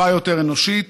טיפה יותר אנושית.